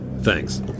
Thanks